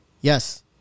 Yes